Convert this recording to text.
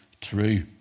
true